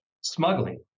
smuggling